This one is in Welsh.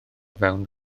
fewn